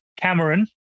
Cameron